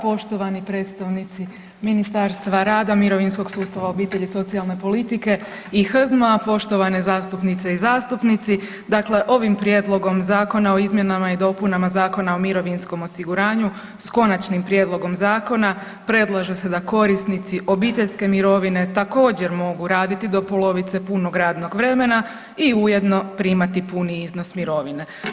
Poštovani predstavnici Ministarstva rada, mirovinskog sustava, obitelji i socijalne politike i HZMO-a, poštovane zastupnice i zastupnici, dakle ovim prijedlogom Zakona o izmjenama i dopunama Zakona o mirovinskom osiguranju s konačnim prijedlogom zakona predlaže se da korisnici obiteljske mirovine također mogu raditi do polovice punog radnog vremena i ujedno primati puni iznos mirovine.